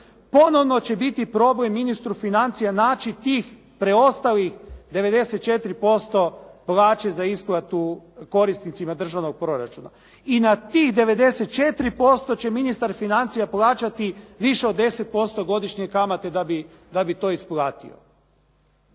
ponovno će biti problem ministru financija naći tih preostalih 94% plaće za isplatu korisnicima državnog proračuna. I na tih 94% će ministar financija plaćati više od 10% godišnje kamate da bi to isplatio.